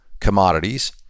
Commodities